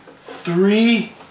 three